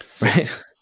right